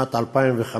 שנת 2005,